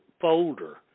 folder